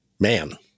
Man